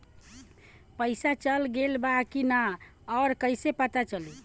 पइसा चल गेलऽ बा कि न और कइसे पता चलि?